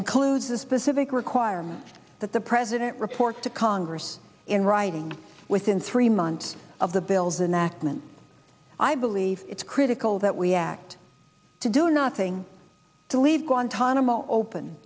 includes a specific requirement that the president reports to congress in writing within three months of the bill's a nachman i believe it's critical that we act to do nothing to leave guantanamo open